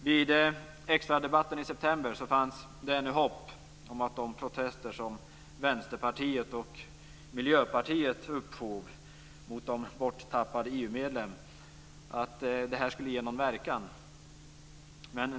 Vid extradebatten i september fanns det ännu hopp om att de protester som Vänsterpartiet och Miljöpartiet anfört mot de borttappade EU-medlen skulle ge någon verkan.